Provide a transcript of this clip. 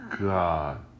god